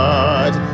God